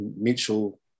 mutual